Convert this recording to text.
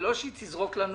ולא שהיא תזרוק לנו